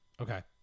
Okay